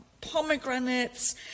pomegranates